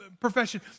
profession